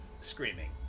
Screaming